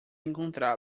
encontrá